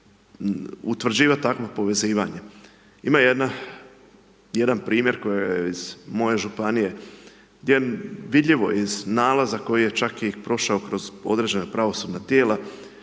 utvrđivati takvo povezivanje. Ima jedan primjer koji iz moje županije gdje je vidljivo iz nalaza, koji je čak i prošao kroz određena pravosudna tijela,